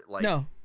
No